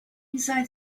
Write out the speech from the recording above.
inside